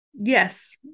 Yes